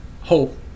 hope